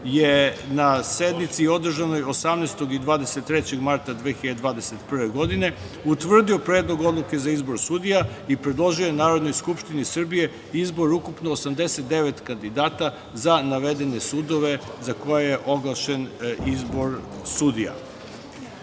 je na sednici održanoj 18. i 23. marta 2021. godine utvrdio Predlog odluke za izbor sudija i predložio je Narodnoj skupštini Srbije izbor ukupno 89 kandidata za navedene sudove za koje je oglašen izbor sudija. Ovde